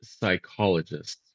psychologists